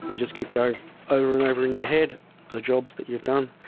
just keep going over and over your head the jobs that you've done,